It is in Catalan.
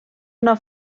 una